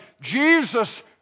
Jesus